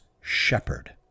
shepherd